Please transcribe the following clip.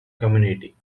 community